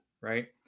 right